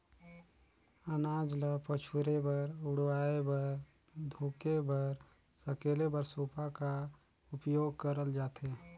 अनाज ल पछुरे बर, उड़वाए बर, धुके बर, सकेले बर सूपा का उपियोग करल जाथे